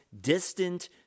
distant